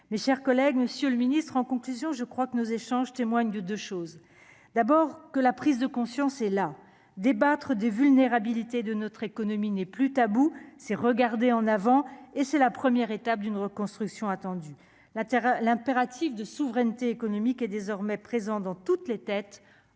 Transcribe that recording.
mes chers collègues, monsieur le ministre, en conclusion, je crois que nos échanges témoignent de 2 choses : d'abord que la prise de conscience et là débattre des vulnérabilités de notre économie n'est plus tabou, c'est regarder en avant et c'est la première étape d'une reconstruction attendu la terre, l'impératif de souveraineté économique est désormais présent dans toutes les têtes,